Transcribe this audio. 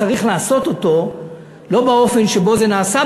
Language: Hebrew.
צריך לעשות אותו לא באופן שבו זה נעשה,